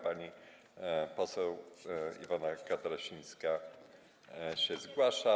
Pani poseł Iwona Katarasińska się zgłasza.